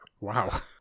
wow